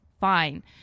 fine